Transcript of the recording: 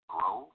Grow